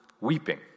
weeping